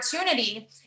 opportunity